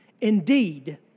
Indeed